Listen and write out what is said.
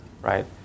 right